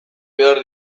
behar